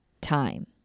time